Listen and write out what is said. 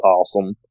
awesome